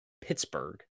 Pittsburgh